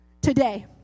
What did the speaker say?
today